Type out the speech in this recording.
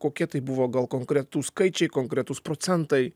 kokie tai buvo gal konkretūs skaičiai konkretūs procentai